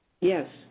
Yes